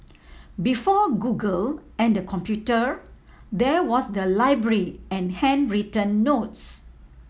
before Google and the computer there was the library and handwritten notes